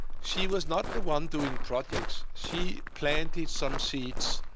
she was not the one doing projects. she planted some seeds,